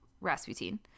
Rasputin